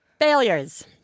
Failures